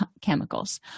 chemicals